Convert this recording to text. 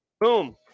Boom